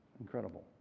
incredible